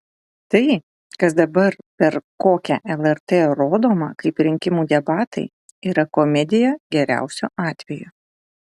tai kas dabar per kokią lrt rodoma kaip rinkimų debatai yra komedija geriausiu atveju